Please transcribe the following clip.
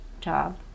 job